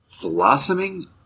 blossoming